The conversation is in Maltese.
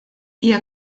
hija